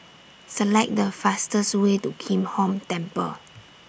Select The fastest Way to Kim Hong Temple